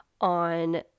on